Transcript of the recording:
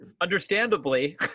Understandably